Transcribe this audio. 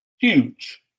Huge